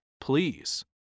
please